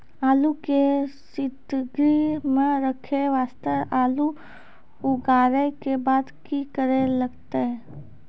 आलू के सीतगृह मे रखे वास्ते आलू उखारे के बाद की करे लगतै?